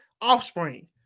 offspring